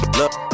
look